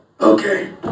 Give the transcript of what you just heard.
Okay